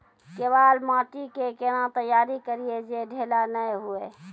केवाल माटी के कैना तैयारी करिए जे ढेला नैय हुए?